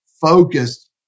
focused